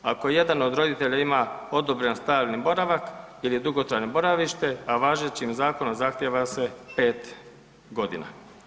Ako jedan od roditelja ima odobren stalni boravak ili dugotrajno boravište, a važećim zakonom zahtjeva se pet godina.